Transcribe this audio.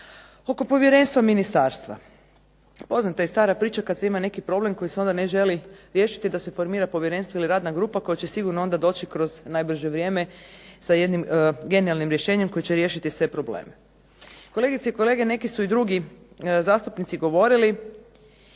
Oko povjerenstva ministarstva. Poznata je stara priča kad se ima neki problem koji se onda ne želi riješiti da se formira povjerenstvo ili radna grupa koja će sigurno onda doći kroz najbrže vrijeme sa jednim genijalnim rješenjem koje će riješiti sve probleme. Kolegice i kolege, neki su i drugi zastupnici govorili.